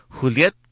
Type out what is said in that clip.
Juliet